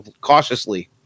cautiously